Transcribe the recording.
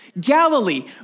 Galilee